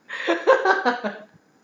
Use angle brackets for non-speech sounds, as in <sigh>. <laughs>